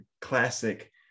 classic